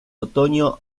otoño